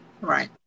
right